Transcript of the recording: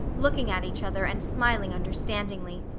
looking at each other and smiling understandingly.